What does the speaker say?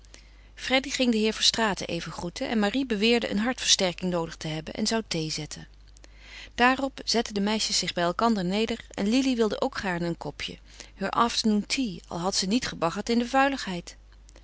freddy ging den heer verstraeten even groeten en marie beweerde een hartversterking noodig te hebben en zou thee zetten daarop zetten de meisjes zich bij elkander neder en lili wilde ook gaarne een kopje heur afternoon-tea al had ze niet gebaggerd in de vuiligheid